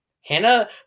Hannah